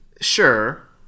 sure